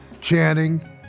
Channing